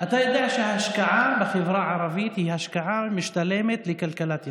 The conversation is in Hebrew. יודע שההשקעה בחברה הערבית היא השקעה משתלמת לכלכלת ישראל.